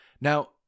Now